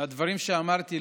מהדברים שאמרתי,